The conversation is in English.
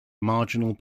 marginal